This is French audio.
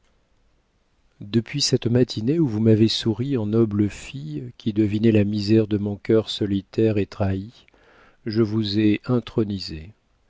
depuis cette matinée où vous m'avez souri en noble fille qui devinait la misère de mon cœur solitaire et trahi je vous ai intronisée